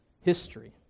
history